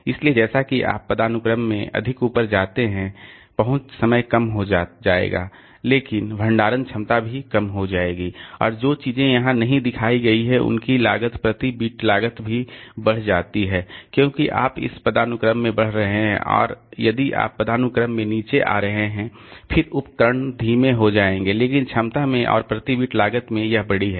इसलिए जैसा कि आप पदानुक्रम में अधिक ऊपर जाते हैं पहुंच समय कम हो जाएगा लेकिन भंडारण क्षमता भी कम हो जाएगी और जो चीज़ यहां नहीं दिखाई गई है उसकी लागत प्रति बिट लागत भी बढ़ जाती है क्योंकि आप इस पदानुक्रम में बढ़ रहे हैं और यदि आप पदानुक्रम में नीचे जा रहे हैं फिर उपकरण धीमे हो जाएंगे लेकिन क्षमता में और प्रति बिट लागत में यह बड़ी है